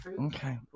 Okay